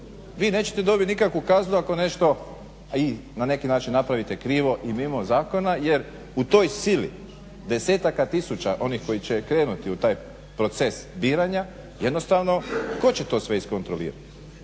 Vi nećete dobiti nikakvu kaznu ako nešto i na neki način napravite krivo i mimo zakona jer u toj sili desetaka tisuća onih koji će krenuti u taj proces biranja jednostavno tko će sve to iskontrolirati.